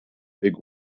big